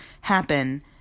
happen